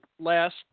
last